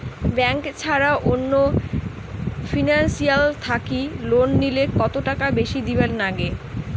Bank ছাড়া অন্য financial থাকি লোন নিলে কতটাকা বেশি দিবার নাগে?